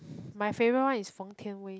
my favorite one is feng tianwei